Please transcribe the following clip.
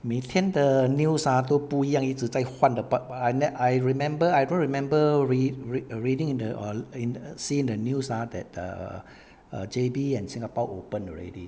每天的 err news ah 都不一样一直在换的 but but I let I remember I don't remember re re reading in the oo in the see the news ah that err err J_B and singapore open already